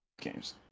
games